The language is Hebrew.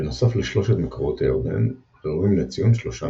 בנוסף לשלושת מקורות הירדן, ראויים לציון שלושה